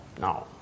Now